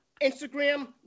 Instagram